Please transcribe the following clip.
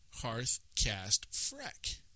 HearthCastFreck